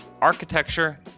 architecture